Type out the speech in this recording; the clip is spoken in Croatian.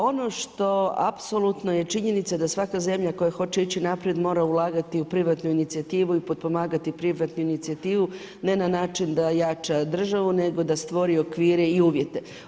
Ono što apsolutno je činjenica da svaka zemlja koja hoće ići naprijed mora ulagati u privatnu inicijativu i potpomagati privatnu inicijativu ne na način da jača državu nego da stvori okvire i uvjete.